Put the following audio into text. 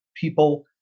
people